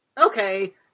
Okay